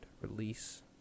release